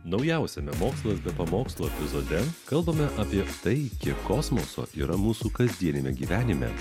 naujausiame mokslas be pamokslų epizode kalbame apie tai kiek kosmoso yra mūsų kasdienime gyvenime